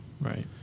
Right